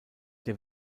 der